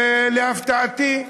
ולהפתעתי,